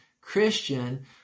Christian